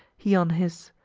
he on his,